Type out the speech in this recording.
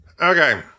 okay